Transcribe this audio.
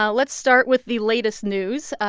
ah let's start with the latest news.